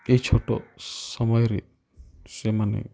ଏଇ ଛୋଟ ସମୟରେ ସେମାନେ